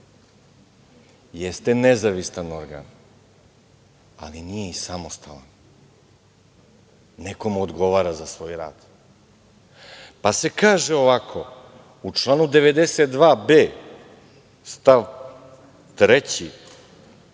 Jeste nezavisan organ, ali nije i samostalan. Nekome odgovara za svoj rad. Pa se kaže ovako u članu 92b stav 3: